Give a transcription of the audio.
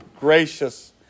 gracious